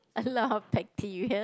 a lot of bacteria